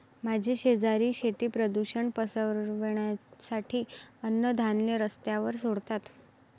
माझे शेजारी शेती प्रदूषण पसरवण्यासाठी अन्नधान्य रस्त्यावर सोडतात